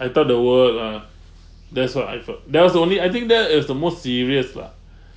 I thought the world uh that's what I thought that was the only I think that is the most serious lah